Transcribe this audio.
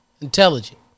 intelligent